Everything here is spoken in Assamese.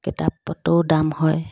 কিতাপ পত্ৰও দাম হয়